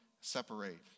separate